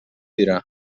dirà